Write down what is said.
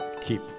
Keep